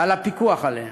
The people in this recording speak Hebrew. ועל הפיקוח עליהם,